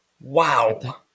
Wow